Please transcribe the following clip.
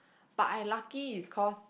but I lucky it's cause